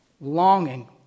longing